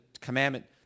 commandment